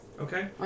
Okay